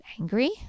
angry